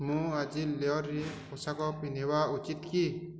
ମୁଁ ଆଜି ଲେୟର୍ରେ ପୋଷାକ ପିନ୍ଧିବା ଉଚିତ୍ କି